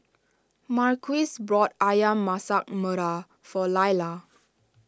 Marquise bought Ayam Masak Merah for Lailah